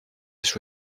his